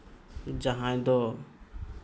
ᱡᱟᱦᱟᱸᱭ ᱫᱚ